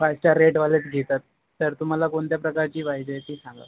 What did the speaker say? five star रेटवालेच घेतात तर तुम्हाला कोणत्या प्रकारची पायजे आहे ती सांगा